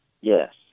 Yes